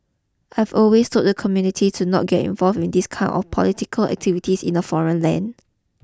I've always told the community to not get involved in these kind of political activities in a foreign land